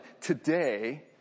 today